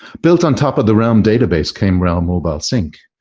built on top of the realm database came realm mobile sync,